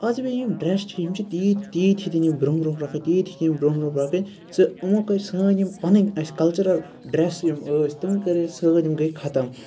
آز بیٚیہِ یِم ڈرٮ۪س چھِ یِم چھِ تیٖتۍ تیٖتۍ ہیٚتِن یِم برونٛہہ برونٛہہ پَکٕنۍ تیٖتۍ ہیٚتِن یِم برونٛہہ برونٛہہ پَکٕنۍ سہ یِمو کٔر سٲنۍ یِم پَنٕنۍ اَسہِ کَلچرَل ڈرٮ۪س یِم ٲسۍ تِم کٔر اَسہِ تِم گٔے خَتَم